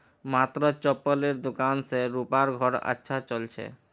मात्र चप्पलेर दुकान स रूपार घर अच्छा चल छ